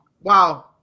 Wow